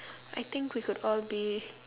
I think we could all be